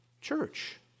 church